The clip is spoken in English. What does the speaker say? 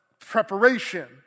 Preparation